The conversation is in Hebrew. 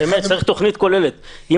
אנחנו נצטרך תוכנית כוללת.